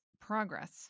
progress